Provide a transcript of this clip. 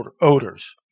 odors